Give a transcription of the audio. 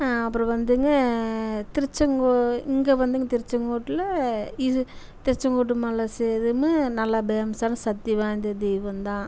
அப்பறம் வந்துங்க திருச்செங்கோ இங்கே வந்துங்க திருச்செங்கோடில் இது திருச்செங்கோட்டு மலை ச இதுவுமே நல்லா பேமஸ்ஸான சக்தி வாய்ந்த தெய்வந்தான்